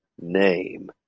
name